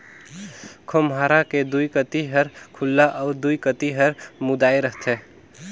खोम्हरा के दुई कती हर खुल्ला अउ दुई कती हर मुदाए रहथे